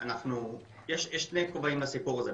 יש שני כובעים לסיפור הזה.